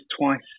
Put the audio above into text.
twice